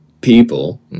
people